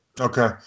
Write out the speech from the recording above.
Okay